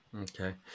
Okay